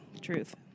Truth